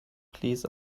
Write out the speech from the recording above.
please